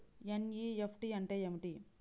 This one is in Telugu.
ఎన్.ఈ.ఎఫ్.టీ అంటే ఏమిటీ?